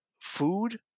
food